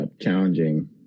challenging